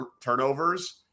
turnovers